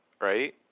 right